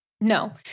No